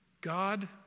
God